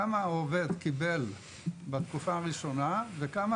כמה העובד קיבל בתקופה הראשונה וכמה